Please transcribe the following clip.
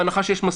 בהנחה שיש מספיק.